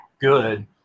good